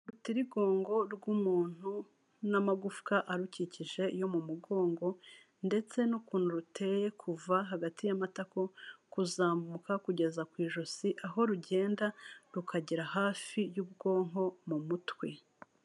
Urutirigongo rw'umuntu n'amagufwa arukikije yo mu mugongo, ndetse n'ukuntu ruteye kuva hagati y'amatako, kuzamuka kugeza ku ijosi, aho rugenda rukagera hafi y'ubwonko mu mutwe.